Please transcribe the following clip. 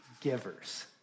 givers